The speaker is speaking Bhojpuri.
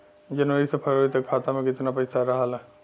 जनवरी से फरवरी तक खाता में कितना पईसा रहल?